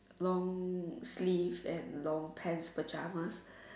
long sleeve and long pants pyjamas